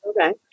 Okay